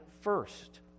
first